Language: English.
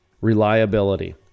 reliability